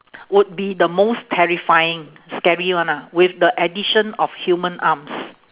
would be the most terrifying scary one ah with the addition of human arms